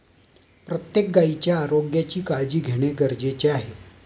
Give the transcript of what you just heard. प्रत्येक गायीच्या आरोग्याची काळजी घेणे गरजेचे आहे